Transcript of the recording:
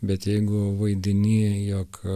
bet jeigu vaidini jog